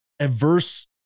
adverse